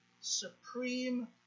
supreme